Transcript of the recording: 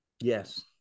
Yes